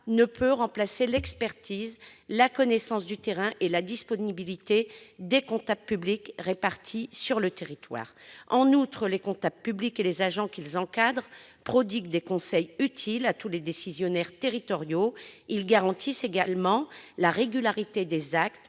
ne peuvent remplacer l'expertise, la connaissance du terrain et la disponibilité des comptables publics qui sont répartis sur le territoire. En outre, les comptables publics et les agents qu'ils encadrent prodiguent des conseils utiles à tous les décisionnaires territoriaux. Ils garantissent également la régularité des actes,